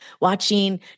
watching